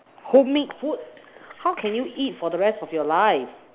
homemade food how can you eat for the rest of your life